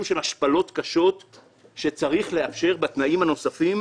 של השפלות קשות שצריך לאפשר בתנאים הנוספים